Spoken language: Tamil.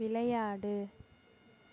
விளையாடு